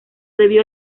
debió